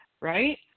Right